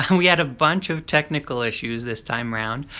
and we had a bunch of technical issues this time around.